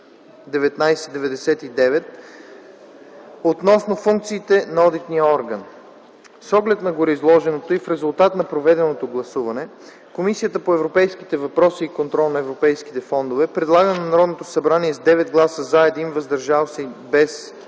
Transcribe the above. относно функциите на Одитния орган. С оглед на гореизложеното и в резултат на проведеното гласуване Комисията по европейските въпроси и контрол на европейските фондове предлага на Народното събрание с 9 гласа „за”, 1 глас „въздържал се”, без